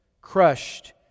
crushed